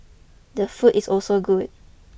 the food is also good